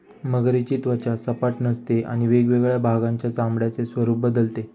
मगरीची त्वचा सपाट नसते आणि वेगवेगळ्या भागांच्या चामड्याचे स्वरूप बदलते